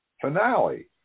finale